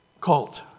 cult